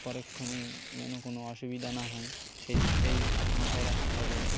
পরক্ষণে যেন কোনো অসুবিধা না হয় সেই দিকটাই মাথায় রাখতে হবে